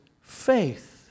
faith